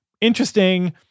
Interesting